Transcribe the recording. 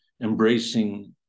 embracing